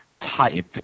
type